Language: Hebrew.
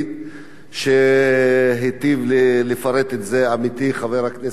והיטיב לפרט את זה עמיתי חבר הכנסת ג'מאל זחאלקה,